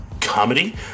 comedy